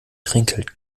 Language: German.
trinkgeld